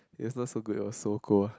it was not so good it was Sogou ah